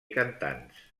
cantants